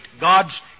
God's